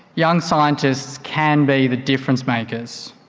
young scientists can be the difference makers.